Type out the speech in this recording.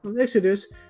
Exodus